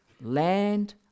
Land